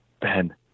ben